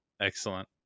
Excellent